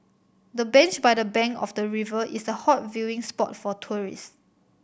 the bench by the bank of the river is a hot viewing spot for tourist